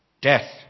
Death